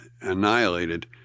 annihilated